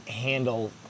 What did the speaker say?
handle